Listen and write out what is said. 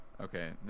Okay